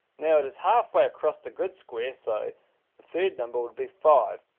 now it is halfway across the grid square so the third number would be five,